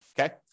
Okay